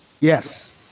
Yes